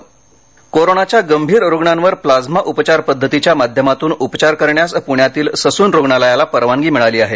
प्लाइमा therapy कोरोनाच्या गंभीर रुग्णांवर प्लाझ्मा उपचार पद्धतीच्या माध्यमातून उपचार करण्यास प्ण्यातील ससून रुग्णालयाला परवानगी मिळाली आहे